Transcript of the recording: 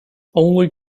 only